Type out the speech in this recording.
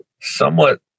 somewhat